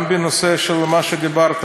גם בנושא של מה שדיברת,